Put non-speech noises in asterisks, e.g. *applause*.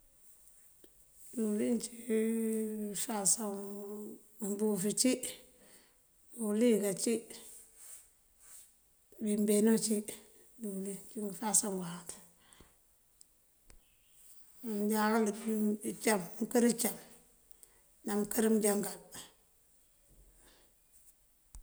Díwëlin cí *hesitation* ngëëfasoŋ *hesitation* mëëmbufu cí, oliyëk ací, wí mbeeno cí. Díwëlin, cí ngëëfasoŋ ngëëwanţ *hesitation* mí mëënjáanga dú incám mëënker cám ná mëënker mëënjáankal.